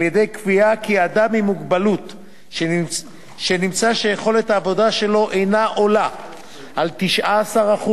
על-ידי קביעה שאדם עם מוגבלות שנמצא שיכולת העבודה שלו אינה עולה על 19%